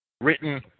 written